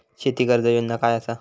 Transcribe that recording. शेती कर्ज योजना काय असा?